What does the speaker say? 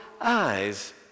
eyes